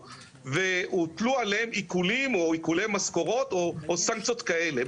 והוטלו עליהם עיקולים או עיקולי משכורות או סנקציות כאלה.